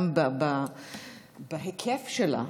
גם בהיקף שלה.